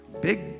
big